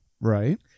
Right